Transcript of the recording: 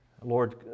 Lord